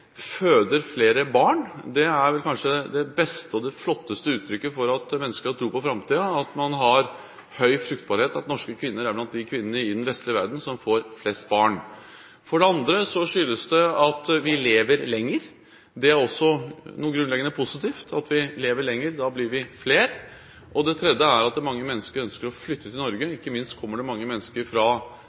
føder flere barn. Det kanskje beste og flotteste uttrykket for at mennesker har tro på framtiden, er at man har høy fruktbarhet, og norske kvinner er blant de kvinnene i den vestlige verden som får flest barn. For det andre skyldes det at vi lever lenger. Det er også noe grunnleggende positivt at vi lever lenger. Da blir vi flere. Det tredje er at mange mennesker ønsker å flytte til Norge. Ikke minst kommer det mange mennesker fra